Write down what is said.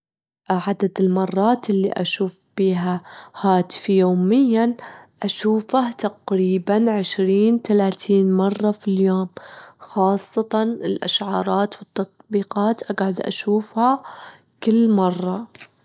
عدد المرات اللي أشوف بيها هاتفي يوميًا، أشوفه تقريبًا عشرين تلاتين مرة في اليوم، خاصةً الإشعارات والتطبيقات أجعد أشوفها كل مرة.